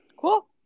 cool